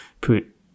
put